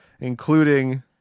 including